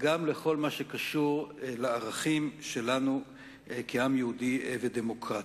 גם לכל מה שקשור לערכים שלנו כעם יהודי ודמוקרטי.